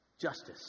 Justice